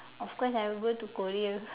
of course I will go to Korea